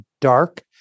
dark